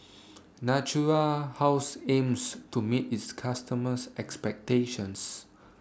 Natura House aims to meet its customers' expectations